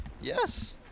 Yes